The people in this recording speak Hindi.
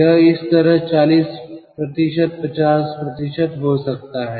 यह इस तरह 40 50 हो सकता है